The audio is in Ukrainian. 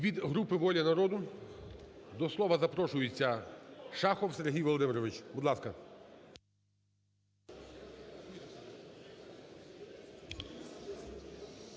Від групи "Воля народу" до слова запрошується Шахов Сергій Володимирович. Будь ласка.